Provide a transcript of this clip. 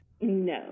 No